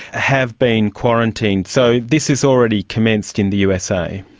have been quarantined. so this has already commenced in the usa.